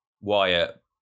Wyatt